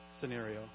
scenario